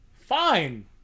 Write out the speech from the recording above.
fine